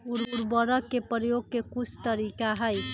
उरवरक के परयोग के कुछ तरीका हई